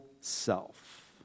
self